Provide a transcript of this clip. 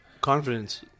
Confidence